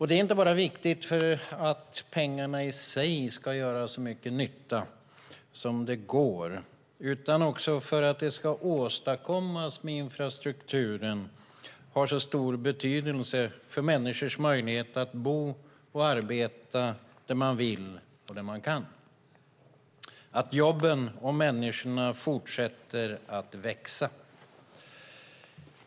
Det är inte bara viktigt för att pengarna i sig ska göra så mycket nytta som det går utan också för att det som ska åstadkommas med infrastrukturen har stor betydelse för människors möjligheter att kunna bo och arbeta där de vill och kan och för att jobben och människorna fortsätter växa.